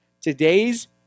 Today's